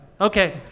Okay